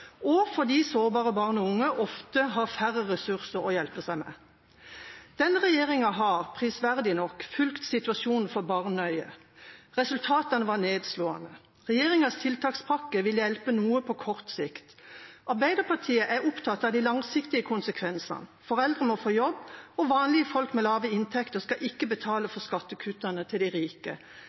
og fordi sårbare barn og unge ofte har færre ressurser å hjelpe seg med. Denne regjeringen har – prisverdig nok – fulgt situasjonen for barn nøye. Resultatene var nedslående. Regjeringens tiltakspakke vil hjelpe noe på kort sikt, men Arbeiderpartiet er opptatt av de langsiktige konsekvensene. Foreldre må få jobb, og vanlige folk med lave inntekter skal ikke betale for skattekuttene til de rike.